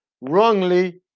wrongly